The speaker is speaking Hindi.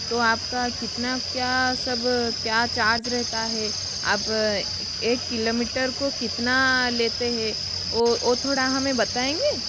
तो आपका कितना क्या सब क्या चार्ज रहता है आप एक किलोमीटर को कितना लेते है वो वो थोड़ा हमें बताएँगे